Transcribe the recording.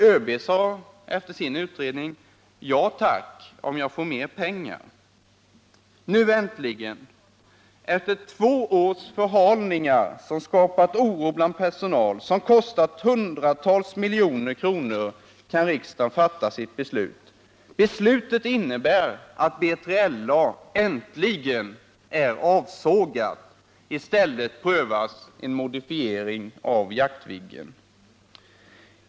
ÖB sade efter sin utredning: Ja tack, om jag får mer pengar. Nu äntligen, efter två års förhalning som skapat oro bland personalen och som kostat hundratals miljoner kronor, kan riksdagen fatta sitt beslut. Detta innebär att BILA-projektet äntligen är avsågat. I stället prövas en modifiering av Jaktviggen.